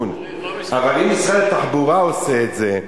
אבל אם משרד התחבורה עושה את זה,